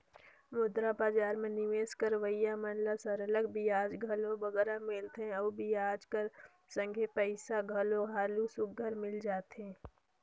मुद्रा बजार में निवेस करोइया मन ल सरलग बियाज घलो बगरा मिलथे अउ बियाज कर संघे पइसा घलो हालु सुग्घर मिल जाथे